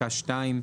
בפסקה (2),